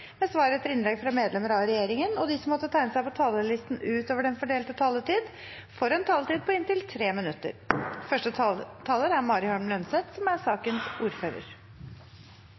med svar etter innlegg fra medlemmer av regjeringen, og de som måtte tegne seg på talerlisten utover den fordelte taletid, får en taletid på inntil 3 minutter. Som